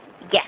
yes